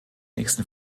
nächsten